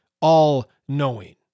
all-knowing